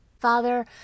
Father